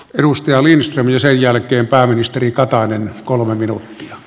edustaja lindström ja sen jälkeen pääministeri jos näin käy